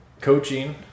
coaching